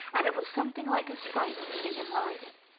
and it was something like a sight to see him riding.